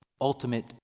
ultimate